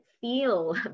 feel